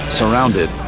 surrounded